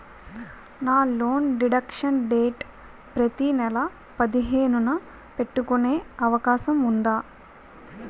నా loan deduction date ప్రతి నెల పదిహేను న పెట్టుకునే అవకాశం ఉందా?